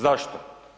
Zašto?